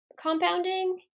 compounding